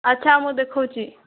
ଆଚ୍ଛା ମୁଁ ଦେଖାଉଛି